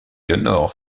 honore